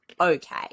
okay